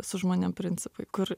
su žmonėm principai kur